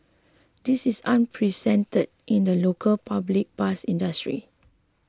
this is unprecedented in the local public bus industry